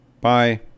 Bye